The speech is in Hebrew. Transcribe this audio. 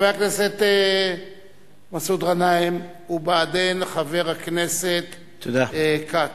חבר הכנסת מסעוד גנאים, ובעדין, חבר הכנסת כץ,